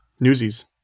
newsies